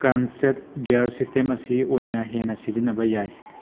crankset gear system ꯑꯁꯤ ꯑꯣꯏꯅ ꯍꯦꯟꯅ ꯁꯤꯖꯟꯅꯕ ꯌꯥꯏ